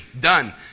done